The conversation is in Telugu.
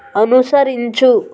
అనుసరించు